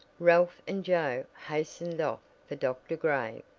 ralph and joe hastened off for dr. gray,